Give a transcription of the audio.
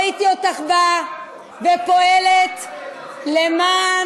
לא ראיתי אותך באה ופועלת למען